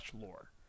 lore